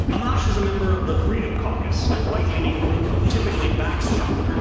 amash is a member of the freedom caucus, a right leaning group who typically backs trump.